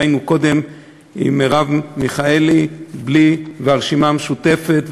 ראינו קודם עם מרב מיכאלי והרשימה המשותפת,